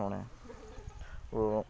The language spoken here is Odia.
ଶୁଣେ ଓ